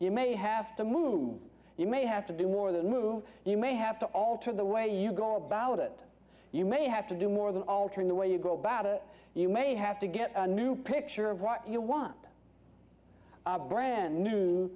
you may have to move you may have to do more than move you may have to alter the way you go about it you may have to do more than altering the way you go about it you may have to get a new picture of what you want brand new